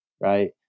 right